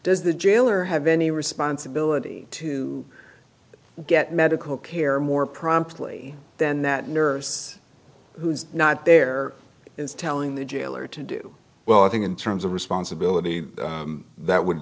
the jailer have any responsibility to get medical care more promptly then that nurse who's not there is telling the jailer to do well i think in terms of responsibility that would